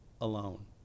alone